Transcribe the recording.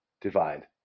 divide